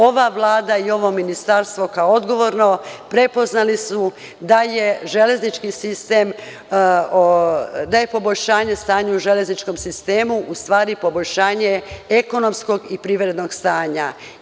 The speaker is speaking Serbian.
Ova Vlada i ovo Ministarstvo kao odgovorno, prepoznali su da je železnički sistem da je poboljšanje stanja u železničkom sistemu u stvari poboljšanje ekonomskog i privrednog stanja.